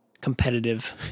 competitive